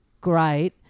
great